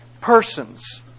persons